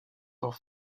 temps